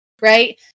Right